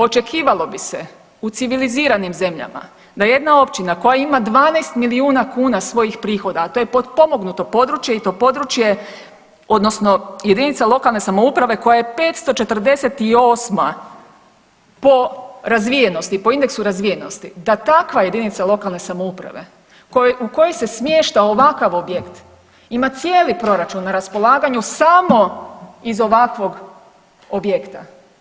Očekivalo bi se u civiliziranim zemljama da jedna općina koja ima 12 milijuna kuna svojih prihoda, a to je potpomognuto područje i to područje odnosno jedinica lokalne samouprave koja je 548 po razvijenosti, po indeksu razvijenost da takva jedinica lokalne samouprave u kojoj se smješta ovakav objekt ima cijeli proračun na raspolaganju samo iz ovakvog objekta.